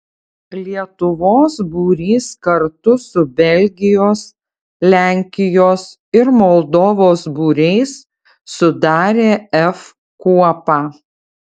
lietuvos būrys kartu su belgijos lenkijos ir moldovos būriais sudarė f kuopą